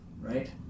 right